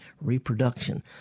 reproduction